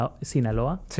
Sinaloa